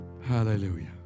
Hallelujah